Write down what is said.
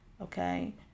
Okay